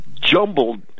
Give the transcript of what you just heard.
jumbled